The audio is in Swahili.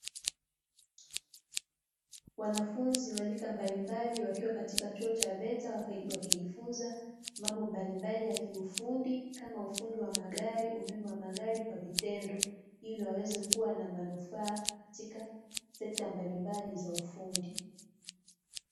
Wanafunzi wa rika mbalimbali wakiwa katika chuo cha "VETA", wakijifunza mambo mbalimbali ya kiufundi kama ufundi wa magari, umeme wa magari kwa vitendo ili waweze kua na manufaa katka sekta mbalimbali za ufundi.